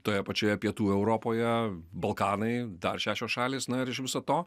toje pačioje pietų europoje balkanai dar šešios šalys na ir iš viso to